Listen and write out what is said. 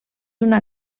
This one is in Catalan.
una